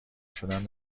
شدن